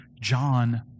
John